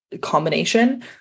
combination